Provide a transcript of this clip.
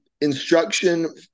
instruction